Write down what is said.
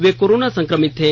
वे corona संक्रमित थे